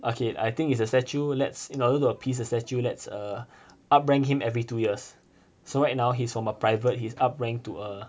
okay I think it's the statue let's in order to appease the statue let's uh up rank him every two years so right now he's from a private he's up rank to a